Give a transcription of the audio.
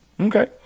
Okay